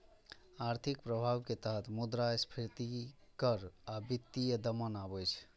आर्थिक प्रभाव के तहत मुद्रास्फीति कर आ वित्तीय दमन आबै छै